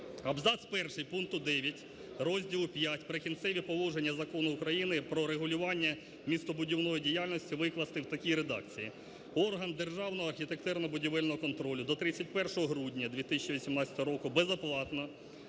Абзац перший пункту 9 розділу V "Прикінцеві положення" Закону України "Про регулювання містобудівної діяльності" викласти в такій редакції: "Орган Державного архітектурно-будівельного контролю до 31 грудня 2018 року безоплатно